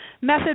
method